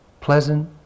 Pleasant